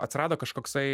atsirado kažkoksai